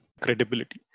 credibility